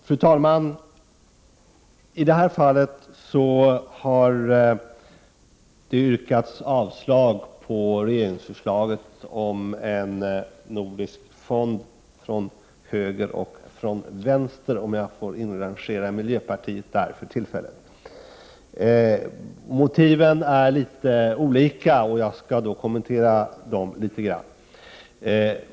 Fru talman! I detta fall har det yrkats avslag på regeringsförslaget om en nordisk fond både från höger och från vänster — om jag för tillfället får inrangera miljöpartiet där. Motiven är litet olika, och jag skall kommentera dem något.